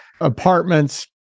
apartments